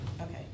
Okay